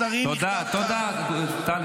תודה, תודה.